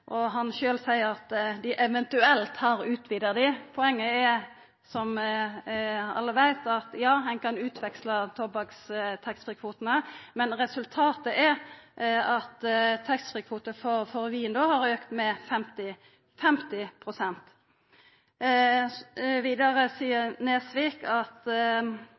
og han sjølv seier at ein eventuelt har utvida dei. Poenget er, som alle veit, at ja, ein kan veksla inn taxfree-kvotane for tobakk, men resultatet er at taxfree-kvotar for vin har auka med 50 pst. Vidare seier Nesvik at